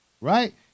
right